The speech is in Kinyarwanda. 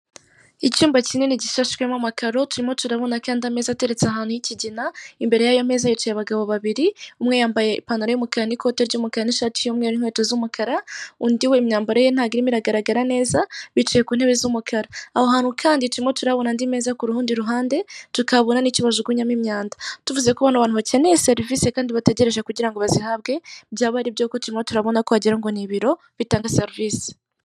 Icyumba kinini gishashwemo amakaro turimo turabona kandi ameza ateretse ahantu y'ikigina, imbere yayo meza hicaye abagabo babiri umwe yambaye ipantaro y'umukara n'ikote ry'umukara n'ishati y'umweru n'inkweto z'umukara, undi we imyambaro ye ntabwo igaragara neza bicaye ku ntebe z'umukara aho hantu kandi turimo turahabona andi meza yo kurundi ruhande kutahabona nicyobajugunyamo imyanda. Tuvuze ko bano bantu bakeneye serivise kandi bategereje kugira ngo bazihabwe byaba aribyo kuko turimo turabona ko wagira ngo n'ibiro bitanga serivise.